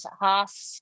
half